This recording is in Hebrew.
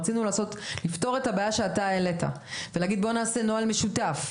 רצינו לפתור את הבעיה שאתה העלית ולהגיד שנעשה נוהל משותף,